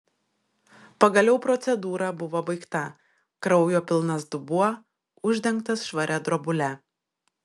pagaliau procedūra buvo baigta kraujo pilnas dubuo uždengtas švaria drobule